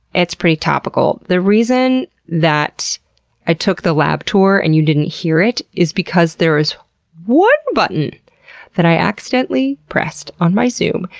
it's pretty topical. the reason that i took the lab tour and you didn't hear it is because there is one button that i accidentally pressed on my zoom,